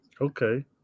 Okay